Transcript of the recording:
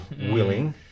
willing